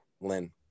Lynn